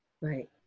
Right